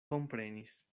komprenis